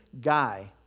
guy